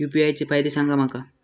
UPI चे फायदे सांगा माका?